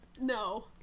No